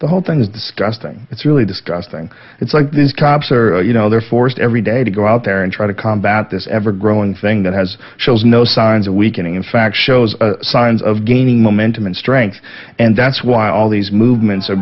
the whole thing is disgusting it's really disgusting it's like these cops are you know they're forced every day to go out there and try to combat this ever growing thing that has shows no signs of weakening in fact shows signs of gaining momentum and strength and that's why all these movements are